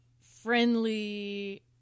friendly